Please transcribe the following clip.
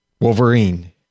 Wolverine